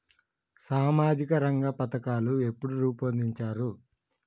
సామాజిక రంగ పథకాలు ఎప్పుడు రూపొందించారు?